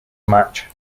match